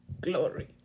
Glory